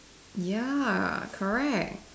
ya correct